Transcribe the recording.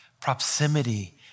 proximity